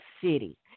city